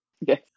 Yes